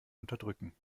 unterdrücken